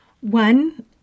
One